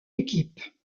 équipes